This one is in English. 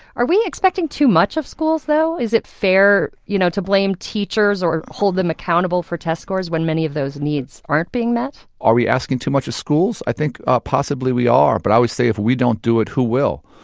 are we expecting too much of schools though? is it fair you know to blame teachers or hold them accountable for test scores when many of those needs aren't being met? are we asking too much of schools? i think, ah possibly we are. but i would say, if we don't do it who will?